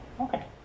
okay